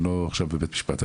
אני לא עכשיו בבית משפט.